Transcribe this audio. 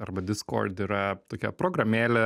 arba diskord yra tokia programėlė